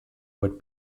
would